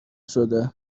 شده